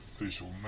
official